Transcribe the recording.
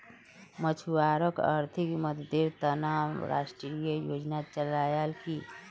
मछुवारॉक आर्थिक मददेर त न राष्ट्रीय योजना चलैयाल की